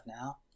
now